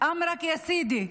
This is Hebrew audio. אמרכ יא סידי,